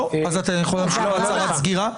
אתה יכול להמשיך בהצהרת סגירה?